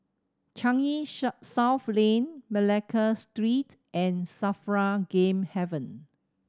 Changi South Lane Malacca Street and SAFRA Game Haven